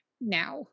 now